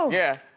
yeah.